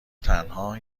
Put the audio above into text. تنها